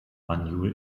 banjul